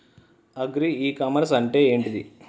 Agri e commerce అంటే ఏంటిది?